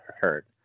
hurt